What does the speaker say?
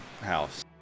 house